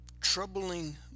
troubling